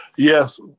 Yes